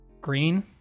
Green